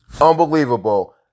Unbelievable